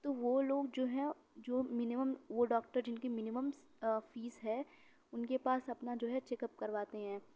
تو وہ لوگ جو ہے جو منیمم وہ ڈاکٹر جِن کی منیمم سی فِیس ہے اُن کے پاس اپنا جو ہے چیک اپ کراوتے ہیں